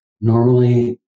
Normally